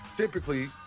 Typically